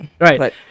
Right